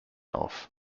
auf